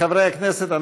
חברי הכנסת,